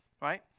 right